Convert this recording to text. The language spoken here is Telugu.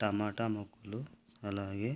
టమాటా మొక్కలు అలాగే